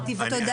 תודה.